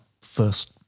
first